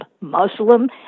Muslim